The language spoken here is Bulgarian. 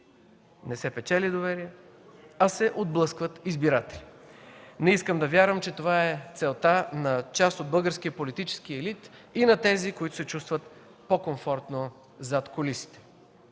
не се печели доверие, а се отблъскват избиратели. Не искам да вярвам, че това е целта на част от българския политически елит и на тези, които се чувстват по-комфортно зад кулисите.